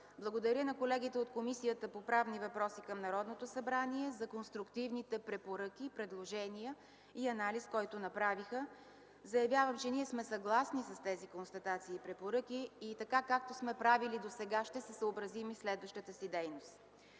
Благодаря и на колегите от Комисията по правни въпроси към Народното събрание за конструктивните препоръки, предложения и анализ, който направиха. Заявявам, че ние сме съгласни с тези констатации и препоръки и така, както сме правили досега, ще се съобразим и в следващата си дейност.